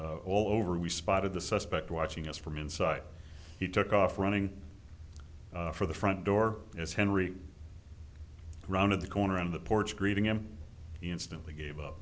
s all over we spotted the suspect watching us from inside he took off running for the front door as henry rounded the corner on the porch greeting him instantly gave up